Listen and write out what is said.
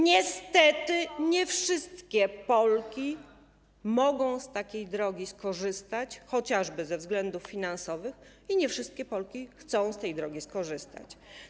Niestety nie wszystkie Polki mogą z takiej drogi skorzystać, chociażby ze względów finansowych, i nie wszystkie Polki chcą z tej drogi skorzystać.